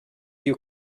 you